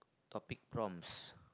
topic prompts